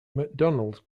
mcdonald